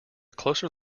closer